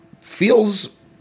feels